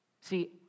See